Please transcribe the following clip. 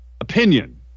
opinion